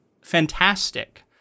Fantastic